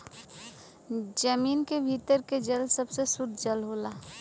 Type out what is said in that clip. जमीन क भीतर के जल सबसे सुद्ध जल होला